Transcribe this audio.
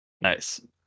Nice